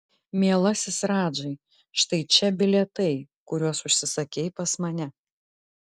mielasis radžai štai čia bilietai kuriuos užsisakei pas mane